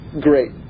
great